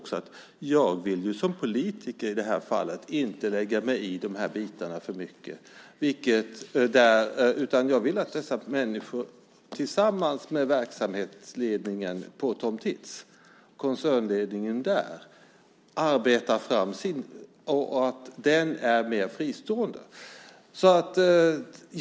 Sedan vill jag som politiker inte lägga mig i detta för mycket, utan jag vill att dessa människor tillsammans med verksamhetsledningen för Tom Tits, med koncernledningen, arbetar fram sin idé och att den är fristående.